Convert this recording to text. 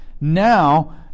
Now